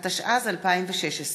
מיקי רוזנטל, איציק שמולי,